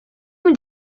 mynd